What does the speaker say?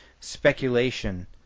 speculation